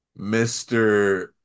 Mr